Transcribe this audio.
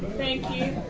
thank you.